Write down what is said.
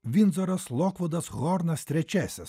vindzoras lokvudas hornas trečiasis